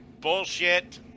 Bullshit